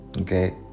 Okay